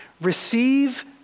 Receive